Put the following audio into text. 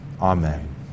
Amen